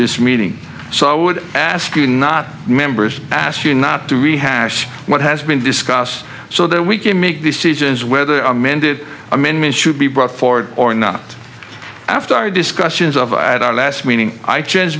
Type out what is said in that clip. this meeting so i would ask you not members ask you not to rehash what has been discuss so that we can make decisions whether amended amendment should be brought forward or not after our discussions of at our last meeting i change